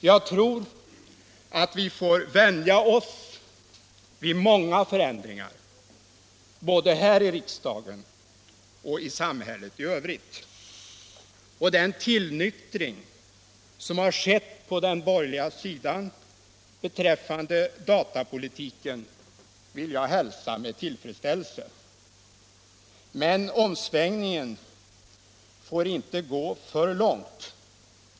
Jag tror att vi får vänja oss vid många förändringar både här i riksdagen och i samhället i övrigt, och den tillnyktring som har skett på den borgerliga sidan beträffande datapolitiken vill jag hälsa med tillfredsställelse. Men omsvängningen får inte gå för långt.